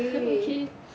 okay